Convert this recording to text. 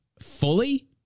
Fully